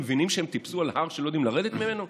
מבינים שהם טיפסו על הר שהם לא יודעים לרדת ממנו,